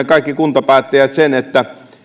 kaikki kuntapäättäjät tiedämme sen että